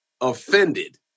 offended